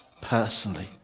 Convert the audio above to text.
personally